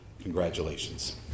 Congratulations